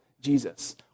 Jesus